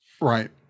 Right